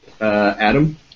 Adam